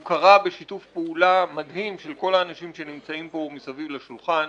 הוא קרה בשיתוף פעולה מדהים של כל האנשים שנמצאים פה מסביב לשולחן.